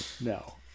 No